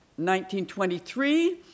1923